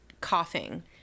coughing